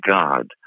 God